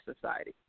society